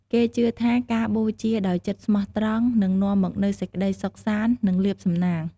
គេជឿថាការបូជាដោយចិត្តស្មោះត្រង់ នឹងនាំមកនូវ សេចក្តីសុខសាន្ត និងលាភសំណាង។